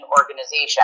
organization